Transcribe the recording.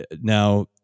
now